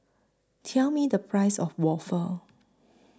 Tell Me The Price of Waffle